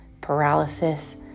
paralysis